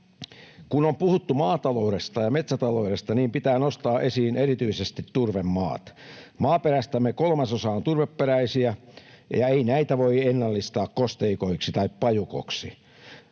Kun on puhuttu maataloudesta ja metsätaloudesta, niin pitää nostaa esiin erityisesti turvemaat. Maaperästämme kolmasosa on turveperäistä, ja ei sitä voi ennallistaa kosteikoiksi tai pajukoksi.